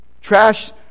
Trash